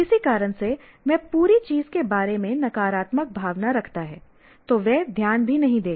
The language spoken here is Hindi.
किसी कारण से वह पूरी चीज के बारे में नकारात्मक भावना रखता है तो वह ध्यान भी नहीं देगा